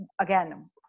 again